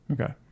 Okay